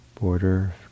border